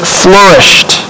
flourished